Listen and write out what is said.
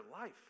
life